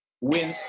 win